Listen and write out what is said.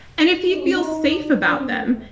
and if he feels safe about them,